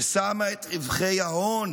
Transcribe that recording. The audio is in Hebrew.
ששמה את רווחי ההון